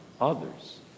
others